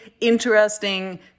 interesting